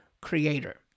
creator